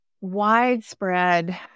widespread